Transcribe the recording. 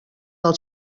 del